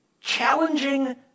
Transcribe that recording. challenging